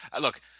Look